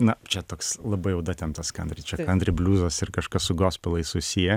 na čia toks labai jau datemptas kantri čia kantri bliuzas ir kažkas su gospelais susiję